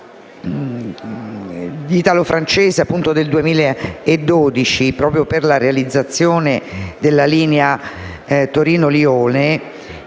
italo-francese del 2012 per la realizzazione della linea Torino-Lione,